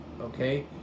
Okay